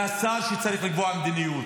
השר צריך לקבוע מדיניות,